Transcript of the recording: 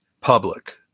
public